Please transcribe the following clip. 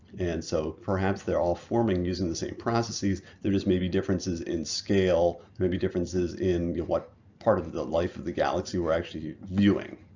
and so perhaps they're all forming using the same processes there just may be differences in scale, may be differences in what part of the life of the galaxy we're actually viewing.